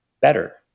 better